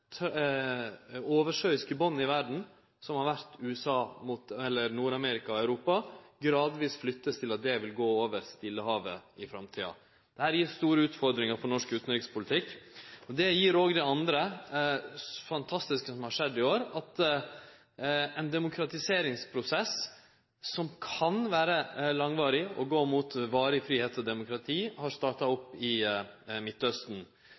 oversjøiske bandet i verda – som har vore Nord-Amerika–Europa – gradvis vert flytta til å gå over Stillehavet i framtida. Her ligg store utfordringar for norsk utanrikspolitikk. Men det gir òg det andre fantastiske som har skjedd i år: Ein demokratiseringsprosess som kan vere langvarig og gå mot varig fridom og demokrati, har starta opp i Midtausten.